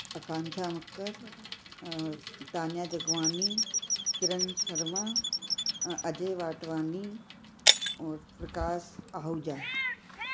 आकांशा मक्कर तानिया जगवानी किरन शर्मा अजय वाटवानी और प्रकाश आहूजा